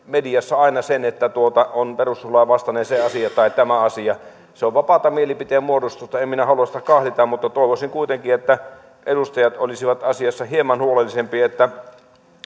mediassa aina sen että on perustuslain vastainen se asia tai tämä asia se on vapaata mielipiteen muodostusta en minä halua sitä kahlita mutta toivoisin kuitenkin että edustajat olisivat asiassa hieman huolellisempia